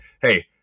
Hey